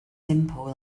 simple